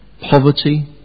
poverty